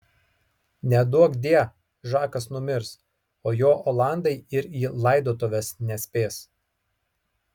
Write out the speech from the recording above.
neduokdie žakas numirs o jo olandai ir į laidotuves nespės